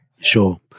Sure